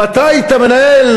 אם אתה היית מנהל,